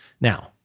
Now